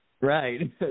Right